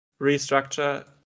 restructure